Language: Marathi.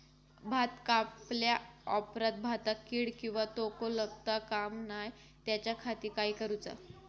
भात कापल्या ऑप्रात भाताक कीड किंवा तोको लगता काम नाय त्याच्या खाती काय करुचा?